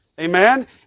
Amen